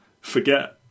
forget